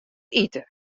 ite